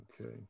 Okay